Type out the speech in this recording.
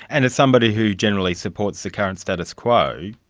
and as somebody who generally supports the current status quo,